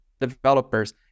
developers